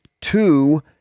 two